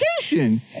education